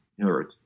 heard